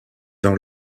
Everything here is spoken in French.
dans